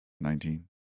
Nineteen